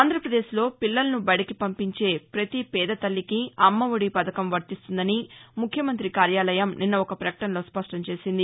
ఆంధ్రాపదేశ్లో పిల్లలను బడికి పంపించే పతి పేదతల్లికి అమ్మఒడి పథకం వర్తిస్తుందని ముఖ్యమంతి కార్యాలయం నిన్న ఒక ప్రకటనలో స్పష్టంచేసింది